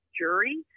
jury